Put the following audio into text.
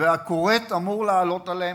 והכורת אמור לעלות עליהם.